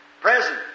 present